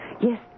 yes